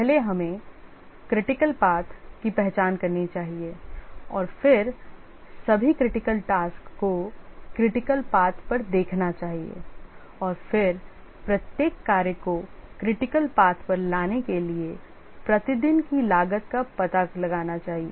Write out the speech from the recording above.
पहले हमें critical path की पहचान करनी चाहिए और फिर सभी critical task को critical path पर देखना चाहिए और फिर प्रत्येक कार्य को critical path पर लाने के लिए प्रति दिन की लागत का पता लगाना चाहिए